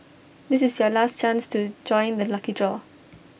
this is your last chance to join the lucky draw